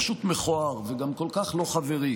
פשוט מכוער וגם כל כך לא חברי,